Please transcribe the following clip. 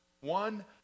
One